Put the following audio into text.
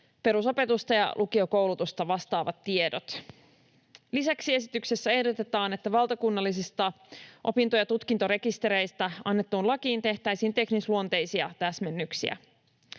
perusopetusta ja lukiokoulutusta vastaavat tiedot. Lisäksi esityksessä ehdotetaan, että valtakunnallisista opinto- ja tutkintorekistereistä annettuun lakiin tehtäisiin teknisluonteisia täsmennyksiä.